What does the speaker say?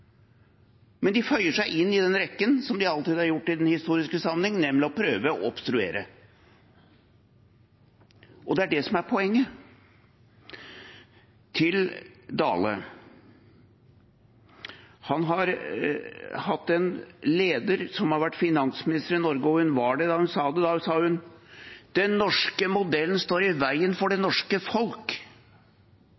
men det de gjør, føyer seg inn i rekken av det de alltid har gjort i den historiske sammenheng, nemlig å prøve å obstruere. Det er det som er poenget. Til representanten Dale: Han har hatt en leder som har vært finansminister i Norge, og hun var det da hun sa: «Den norske modellen står i veien for det